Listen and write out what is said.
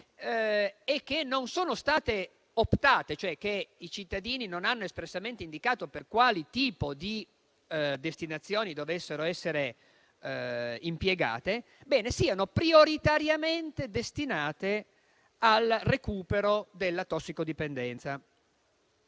e che non siano state optate, cioè che i cittadini non abbiano espressamente indicato per quale tipo di destinazioni debbano essere impiegate, siano prioritariamente destinate al recupero della tossicodipendenza.